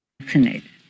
vaccinated